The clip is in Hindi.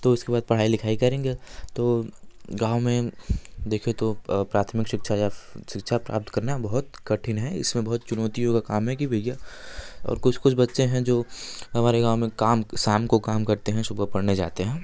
तो इसके बाद पढ़ाई लिखाई करेंगे तो गाँव में देखें तो प्राथमिक शिक्षा या शिक्षा प्राप्त करना बहुत कठिन है इसमें बहुत चुनौतियों का काम है कि भैया और कुछ कुछ बच्चे हैं जो हमारे गाँव में काम शाम को काम करते हैं सुबह पढ़ने जाते हैं